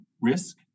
risk